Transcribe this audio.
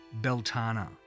Beltana